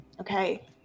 Okay